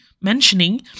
mentioning